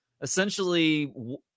essentially